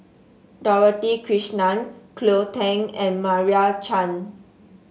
Dorothy Krishnan Cleo Thang and Meira Chand